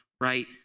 right